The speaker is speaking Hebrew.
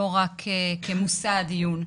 לא רק כמושא הדיון.